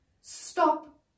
stop